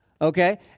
okay